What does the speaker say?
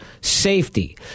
safety